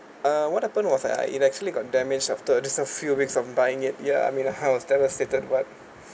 uh what happened was I it actually got damaged after just a few weeks I'm buying it ya I mean uh that was devastated what